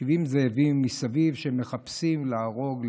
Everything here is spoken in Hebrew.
70 זאבים מסביב שמחפשים להרוג,